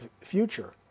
future